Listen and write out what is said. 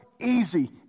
easy